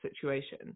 situation